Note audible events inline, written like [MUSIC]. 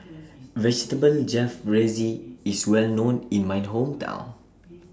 [NOISE] Vegetable Jalfrezi IS Well known in My Hometown